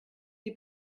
die